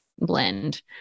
blend